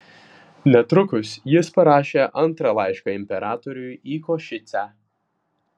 netrukus jis parašė antrą laišką imperatoriui į košicę